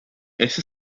esa